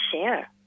share